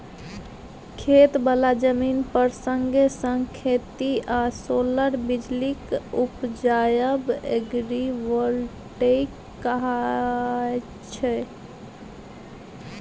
खेत बला जमीन पर संगे संग खेती आ सोलर बिजली उपजाएब एग्रीबोल्टेइक कहाय छै